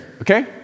okay